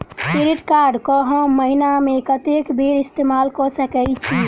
Credit card कऽ हम महीना मे कत्तेक बेर इस्तेमाल कऽ सकय छी?